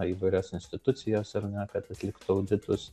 įvairias institucijas ar ne kad atliktų auditus